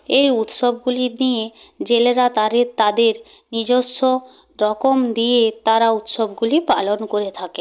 এই উৎসবগুলি নিয়ে জেলেরা তারে তাদের নিজস্ব রকম দিয়ে তারা উৎসবগুলি পালন করে থাকে